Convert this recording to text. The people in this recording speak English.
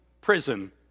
prison